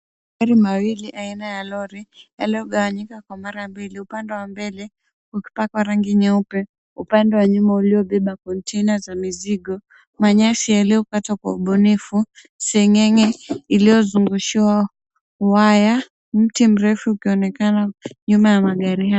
Magari mawili aina ya lori yaliyogawanyika kwa mara mbili. Upande wa mbele ukipakwa rangi nyeupe, upande wa nyuma ulibeba kontena za mizigo, manyasi yaliyokatwa kwa ubunifu, seng'eng'e iliyozungushiwa waya, mrefu ukionekana nyuma ya magari haya.